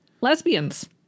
lesbians